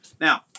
Now